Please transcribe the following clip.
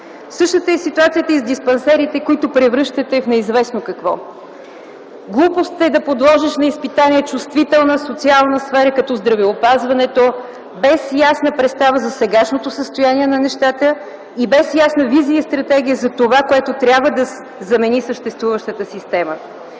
Същата е ситуацията и с диспансерите, които превръщате в неизвестно какво. Глупост е да подложиш на изпитание чувствителна социална сфера като здравеопазването без ясна представа за сегашното състояние на нещата и без ясна визия и стратегия за това, което трябва да замени съществуващата система.